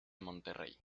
monterrey